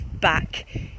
back